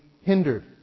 hindered